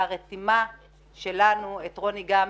והרתימה שלנו את רוני גמזו,